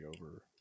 over